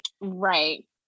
right